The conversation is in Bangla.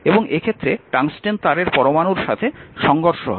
এবং এক্ষেত্রে টংস্টেন তারের পরমাণুর সাথে সংঘর্ষ হবে